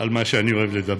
מה שאני אוהב לדבר.